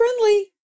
friendly